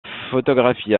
photographie